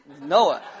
Noah